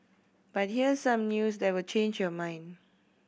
but here's some news that will change your mind